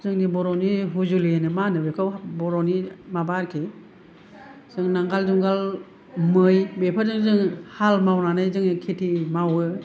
जोंनि बर'नि हुजुलि होनो मा होनो बेखौ बर'नि माबा आरोखि जों नांगोल जुंगाल मै बेफोरजों जों हाल मावनानै जोङो खेथि मावो